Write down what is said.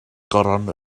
goron